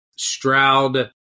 Stroud